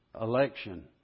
election